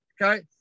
okay